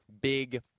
big